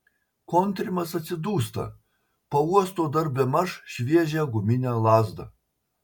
kontrimas atsidūsta pauosto dar bemaž šviežią guminę lazdą